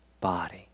body